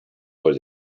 was